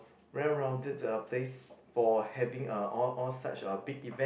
well rounded a place for having uh all all such uh big event